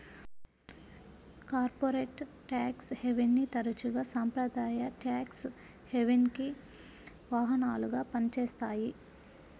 corporate tax హెవెన్ని తరచుగా సాంప్రదాయ ట్యేక్స్ హెవెన్కి వాహనాలుగా పనిచేస్తాయి